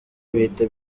bihita